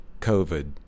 COVID